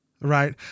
right